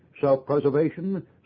self-preservation